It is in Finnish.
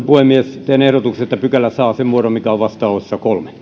puhemies teen ehdotuksen että pykälä saa sen muodon mikä on vastalauseessa kolme